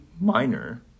minor